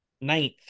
Ninth